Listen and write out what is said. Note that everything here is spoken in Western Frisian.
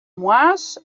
moarns